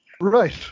right